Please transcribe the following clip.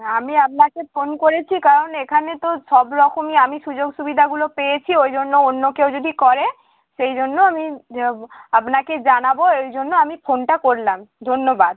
হ্যাঁ আমি আপনাকে ফোন করেছি কারণ এখানে তো সব রকমই আমি সুযোগ সুবিধাগুলো পেয়েছি ওই জন্য অন্য কেউ যদি করে সেই জন্য আমি আপনাকে জানাবো ওই জন্য আমি ফোনটা করলাম ধন্যবাদ